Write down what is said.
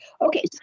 Okay